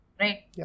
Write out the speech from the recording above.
Right